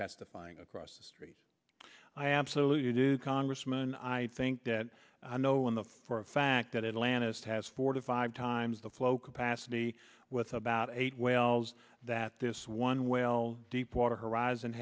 testifying across the street i absolutely do congressman i think that i know when the for a fact that it lantus has four to five times the flow capacity with about eight wells that this one well deepwater horizon